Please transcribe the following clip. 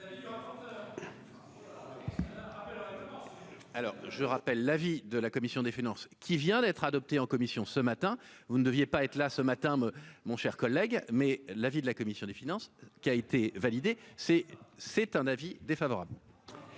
Alors je rappelle l'avis de la commission des finances, qui vient d'être adopté en commission, ce matin, vous ne deviez pas être là ce matin, mon cher collègue, mais l'avis de la commission des finances, qui a été validé, c'est c'est un avis défavorable.